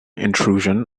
intrusion